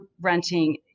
renting